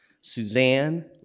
Suzanne